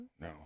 no